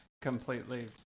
Completely